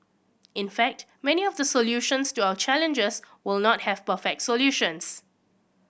in fact many of the solutions to our challenges will not have perfect solutions